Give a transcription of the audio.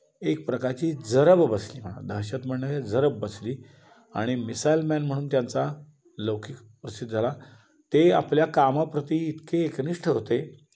एक प्रकारची जरब बसली म्हणा दहशत म्हणण्यापेक्षा जरब बसली आणि मिसाईल मॅन म्हणून त्यांचा लौकिक प्रसिद्ध झाला ते आपल्या कामाप्रती इतके एकनिष्ठ होते